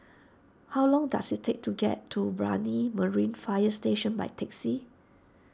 how long does it take to get to Brani Marine Fire Station by taxi